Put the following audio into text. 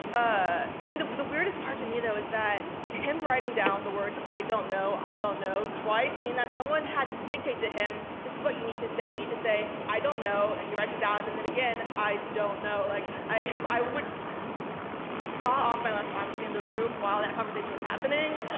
i i mean, that was the weirdest part to me, though, is that him writing down the words i don't know. i don't know twice mean that someone had to dictate to him this is what you need to say. you need to say, i don't know. and he writes down. and then again, i don't know, like i i would soar off my left arm to be in the room while that conversation was happening